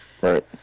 Right